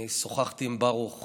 שוחחתי עם ברוך